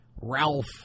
Ralph